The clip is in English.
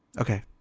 okay